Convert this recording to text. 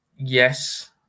yes